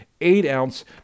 eight-ounce